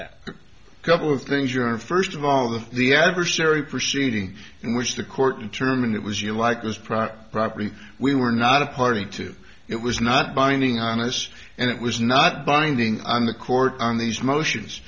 that couple of things your honor first of all of the adversary proceeding in which the court determined it was you like those private property we were not a party to it was not binding honest and it was not binding on the court on these motions